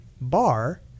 bar